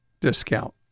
discount